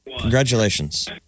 Congratulations